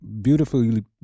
beautifully